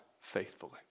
faithfully